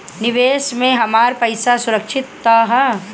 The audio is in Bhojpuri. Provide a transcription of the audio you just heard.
निवेश में हमार पईसा सुरक्षित त रही?